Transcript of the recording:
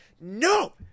No